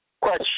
Question